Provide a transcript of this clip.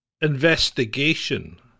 investigation